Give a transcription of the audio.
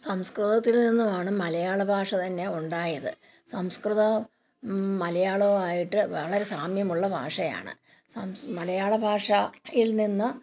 സംസ്കൃതത്തിൽ നിന്നുമാണ് മലയാള ഭാഷ തന്നെ ഉണ്ടായത് സംസ്കൃതം മലയാളോ ആയിട്ട് വളരെ സാമ്യമുള്ള ഭാഷയാണ് സംസ് മലയാള ഭാഷയിൽ നിന്ന്